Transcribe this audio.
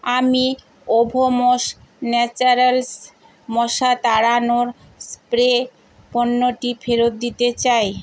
আমি ওডোমস ন্যাচরালস মশা তাড়ানোর স্প্রে পণ্যটি ফেরত দিতে চাই